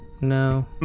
no